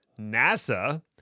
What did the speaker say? NASA